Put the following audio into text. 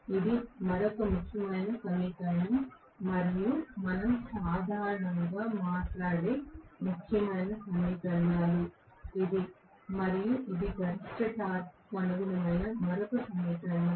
ఇది మరొక ముఖ్యమైన సమీకరణం మరియు మనం సాధారణంగా మాట్లాడే ముఖ్యమైన సమీకరణాలు ఇది మరియు ఇది గరిష్ట టార్క్కు అనుగుణమైన మరొక సమీకరణం